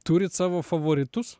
turit savo favoritus